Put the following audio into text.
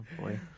boy